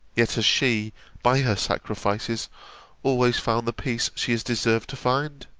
yet, has she by her sacrifices always found the peace she has deserved to find?